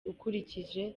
ukurikije